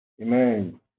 Amen